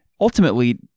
ultimately